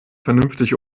vernünftig